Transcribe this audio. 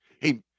hey